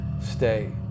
stay